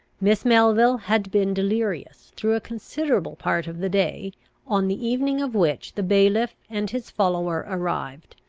miss melville had been delirious, through a considerable part of the day on the evening of which the bailiff and his follower arrived.